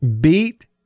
beat